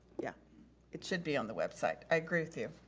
yeah it should be on the website, i agree with you.